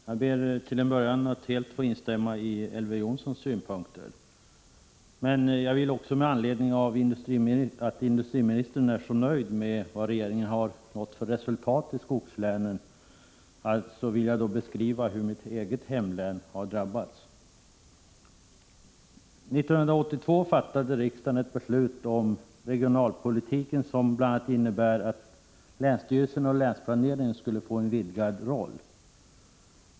Herr talman! Till en början ber jag att helt få instämma i Elver Jonssons synpunkter. Med anledning av att industriministern är så nöjd med de resultat regeringen har nått i skogslänen vill jag emellertid också beskriva hur mitt eget hemlän har drabbats. 1982 fattade riksdagen ett beslut om regionalpolitiken, som bl.a. innebar att länsstyrelserna och länsplaneringen skulle få en vidgad roll.